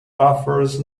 offers